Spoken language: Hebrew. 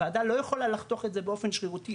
הוועדה לא יכולה לחתוך את זה באופן שרירותי,